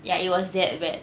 ya it was that bad